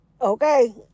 Okay